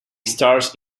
stars